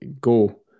go